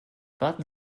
warten